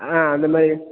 ஆ அந்த மாதிரி